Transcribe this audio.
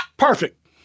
Perfect